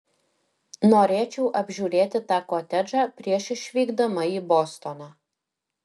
norėčiau apžiūrėti tą kotedžą prieš išvykdama į bostoną